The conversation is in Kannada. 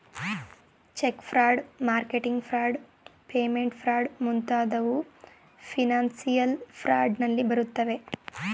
check fraud, marketing fraud, payment fraud ಮುಂತಾದವು ಫಿನನ್ಸಿಯಲ್ ಫ್ರಾಡ್ ನಲ್ಲಿ ಬರುತ್ತವೆ